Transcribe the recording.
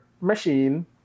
machine